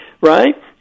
right